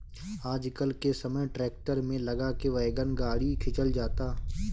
आजकल के समय ट्रैक्टर में लगा के वैगन गाड़ी खिंचल जाता